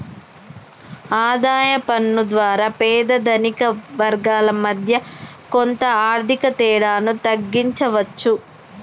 ఆదాయ పన్ను ద్వారా పేద ధనిక వర్గాల మధ్య కొంత ఆర్థిక తేడాను తగ్గించవచ్చు